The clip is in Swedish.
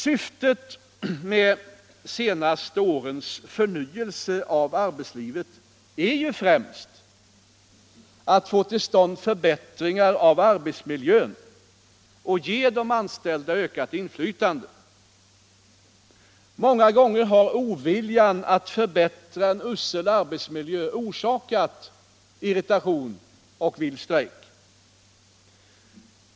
Syftet med de senaste årens förnyelse av arbetslivet är ju främst att förbättra arbetsmiljön och ge de anställda ett ökat inflytande. Många gånger har oviljan att förbättra en usel arbetsmiljö orsakat irritation och vild strejk.